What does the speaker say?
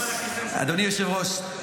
אדוני היושב-ראש,